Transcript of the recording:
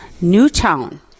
Newtown